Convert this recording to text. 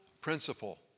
principle